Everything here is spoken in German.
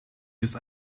ist